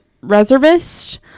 reservist